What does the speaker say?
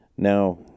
Now